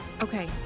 Okay